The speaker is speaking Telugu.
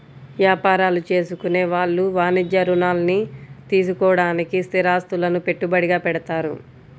యాపారాలు చేసుకునే వాళ్ళు వాణిజ్య రుణాల్ని తీసుకోడానికి స్థిరాస్తులను పెట్టుబడిగా పెడతారు